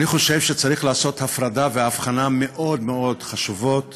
אני חושב שצריך לעשות הפרדה והבחנה מאוד מאוד חשובות